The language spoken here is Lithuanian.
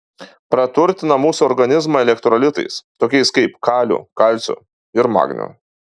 praturtina mūsų organizmą elektrolitais tokiais kaip kaliu kalciu ir magniu